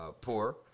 poor